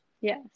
Yes